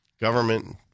Government